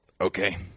okay